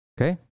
okay